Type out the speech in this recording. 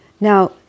Now